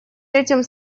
этим